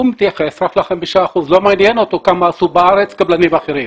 הוא מתייחס רק ל-5 אחוזים ולא מעניין אותו כמה עשו בארץ קבלנים אחרים.